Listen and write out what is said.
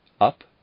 up